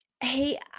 Hey